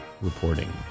reporting